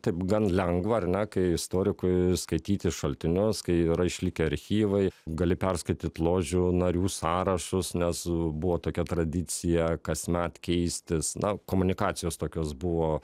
taip gan lengva ar ne kai istorikui skaityti šaltinius kai yra išlikę archyvai gali perskaityt ložių narių sąrašus nes buvo tokia tradicija kasmet keistis na komunikacijos tokios buvo